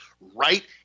right